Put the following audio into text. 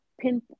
pin